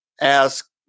ask